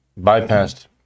bypassed